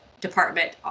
department